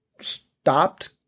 stopped